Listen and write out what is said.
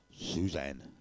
Suzanne